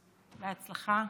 בהצלחה,